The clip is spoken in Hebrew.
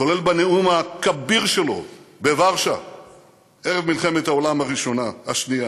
כולל בנאום הכביר שלו בוורשה ערב מלחמת העולם השנייה.